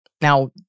Now